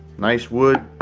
nice wood,